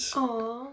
aww